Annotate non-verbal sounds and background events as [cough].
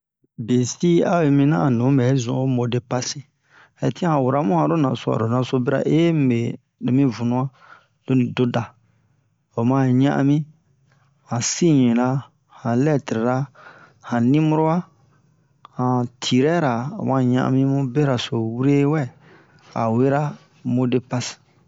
besi a yi mina a nu bɛ zun o modepasi hɛtian o wara mu hanro naso aro naso bira [hesitation] mibe lo mi vunu'a loni do da o ma ɲa'ami han siɲera han lɛtrera han niboro'a han tirɛra o ma ɲa'ami mu bera so wure wɛ a wera modepasi